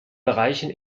bereichen